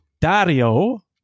Dario